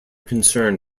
concern